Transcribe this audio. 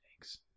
Thanks